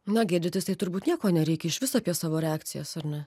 na gėdytis tai turbūt nieko nereikia išvis apie savo reakcijas ar ne